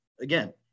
again